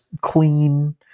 clean